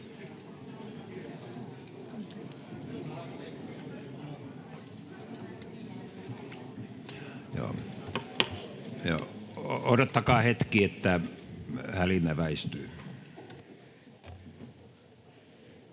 Odottakaa hetki, että hälinä väistyy.